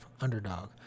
underdog